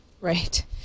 Right